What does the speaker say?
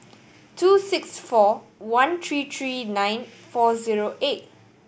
two six four one three three nine four zero eight